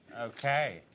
Okay